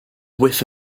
whiff